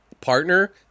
partner